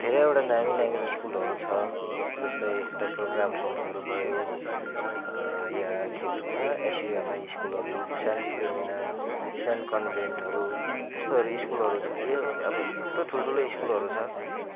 धेरैवटा नामी नामी स्कुलहरू छ जस्तै डाक्टर ग्राहम्स होम्सहरू भयो या के भन्छ एसयुएमआई स्कुलहरू सेन्ट फिलोमिना सेन्ट कन्भेन्टहरू यस्तोहरू सकुलहरू छ यो अब यस्तो ठुल्ठुलो सकुलहरू छ